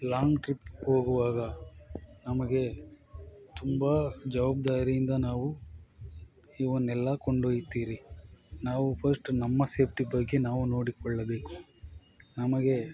long ಟ್ರಿಪ್ಗೆ ಹೋಗುವಾಗ ನಮಗೆ ತುಂಬ ಜವಬ್ದಾರಿಯಿಂದ ನಾವು ಇವನ್ನೆಲ್ಲ ಕೊಂಡೋಗ್ತೀರಿ ನಾವು ಫಶ್ಟ್ ನಮ್ಮ ಸೇಫ್ಟಿ ಬಗ್ಗೆ ನಾವು ನೋಡಿಕೊಳ್ಳಬೇಕು ನಮಗೆ